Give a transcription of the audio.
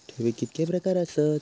ठेवीचे कितके प्रकार आसत?